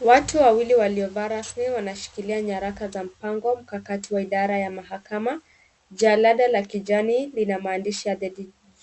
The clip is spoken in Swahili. Watu wawili waliovaa rasmi wanashikilia nyaraka za mpango, mikakati ya idara. Jalada la kijani lina maandishi ya the